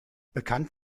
bekannt